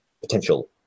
potential